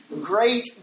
great